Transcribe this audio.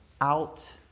out